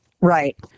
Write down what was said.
Right